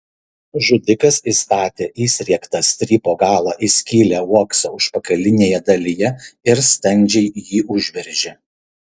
žudikas įstatė įsriegtą strypo galą į skylę uokso užpakalinėje dalyje ir standžiai jį užveržė